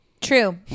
True